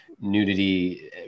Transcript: nudity